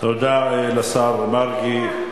תודה לשר מרגי.